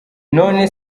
none